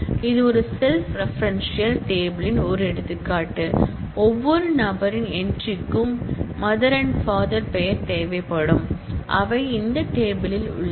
இது ஒரு self referential table யின் ஒரு எடுத்துக்காட்டு ஒவ்வொரு நபரின் என்ட்ரி க்கும் மதர் அண்ட் பாதர் பெயர் தேவைப்படும்அவை இந்த டேபிள் யில் உள்ளன